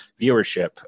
viewership